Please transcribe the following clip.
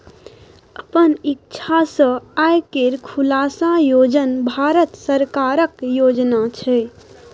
अपन इक्षा सँ आय केर खुलासा योजन भारत सरकारक योजना छै